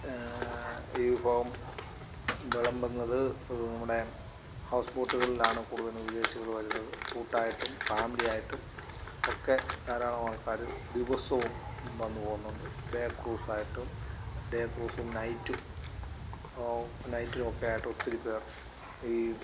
ഈ വിഭവം വിളമ്പുന്നത് നമ്മുടെ ഹൗസ് ബോട്ട്കളിലാണ് കൂടുതലും വിദേശികൾ വരുന്നത് കൂട്ടമായിട്ടും ഫാമിലിയായിട്ടും ഒക്കെ ധാരാളം ആൾക്കാർ ദിവസവും വന്ന് പോകുന്നുണ്ട് ഡേ ക്രൂസ്സായിട്ടും ഡേ ക്രൂസും നൈറ്റും നൈറ്റുമൊക്കെയായിട്ട് ഒത്തിരിപ്പേർ ഈ